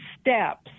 steps